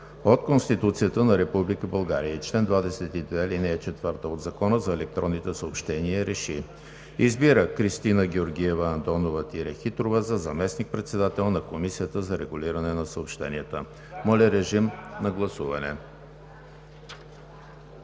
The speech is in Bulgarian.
от Конституцията на Република България и чл. 22, ал. 4 от Закона за електронните съобщения РЕШИ: Избира Кристина Георгиева Андонова-Хитрова за заместник-председател на Комисията за регулиране на съобщенията.“ Моля, режим на гласуване.